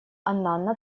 аннана